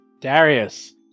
Darius